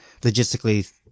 logistically